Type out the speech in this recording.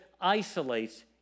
isolates